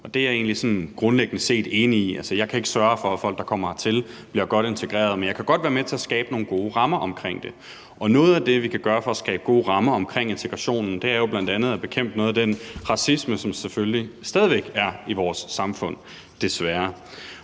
egentlig grundlæggende set enig i. Altså, jeg kan ikke sørge for, at folk, der kommer hertil, bliver godt integreret, men jeg kan godt være med til at skabe nogle gode rammer omkring det. Og noget af det, vi kan gøre for at skabe gode rammer omkring integrationen, er jo bl.a. at bekæmpe noget af den racisme, som selvfølgelig stadig væk er i vores samfund, desværre.